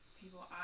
people